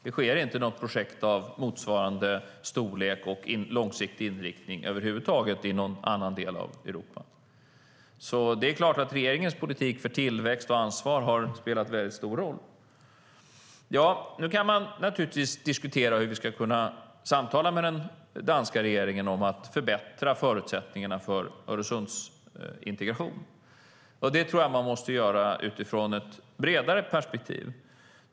Det sker inte något projekt av motsvarande storlek med långsiktig inriktning över huvud taget i någon annan del av Europa. Det är klart att regeringens politik för tillväxt och ansvar har spelat en väldigt stor roll. Nu kan man diskutera hur vi ska kunna samtala med den danska regeringen om att förbättra förutsättningarna för Öresundsintegration. Det tror jag att man måste göra utifrån ett bredare perspektiv.